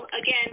Again